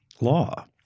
law